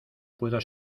puedo